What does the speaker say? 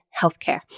healthcare